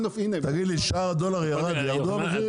תגיד לי, שער הדולר ירד וירדו המחירים?